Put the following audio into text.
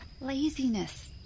laziness